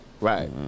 Right